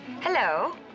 Hello